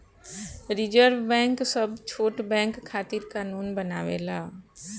reserve bank सब छोट bank खातिर कानून बनावेला